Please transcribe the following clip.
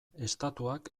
estatuak